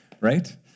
Right